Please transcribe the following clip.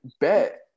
bet